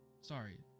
sorry